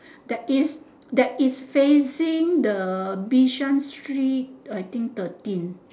that is that is facing the bishan street I think thirteen